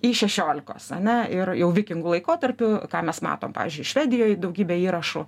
į šešiolikos ane ir jau vikingų laikotarpiu ką mes matom pavyzdžiui švedijoj daugybė įrašų